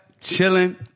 chilling